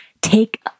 take